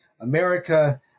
America